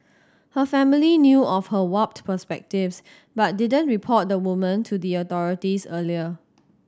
her family knew of her warped perspectives but didn't report the woman to the authorities earlier